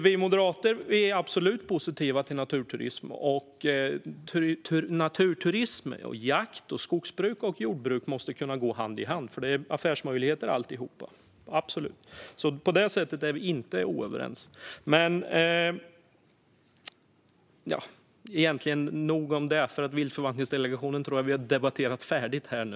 Vi moderater är absolut positiva till naturturism. Naturturism, jakt, skogsbruk och jordbruk måste kunna gå hand i hand, för allihop innebär affärsmöjligheter. På det sättet är vi inte oense. Nog om detta - jag tror att vi har debatterat färdigt om viltförvaltningsdelegationerna.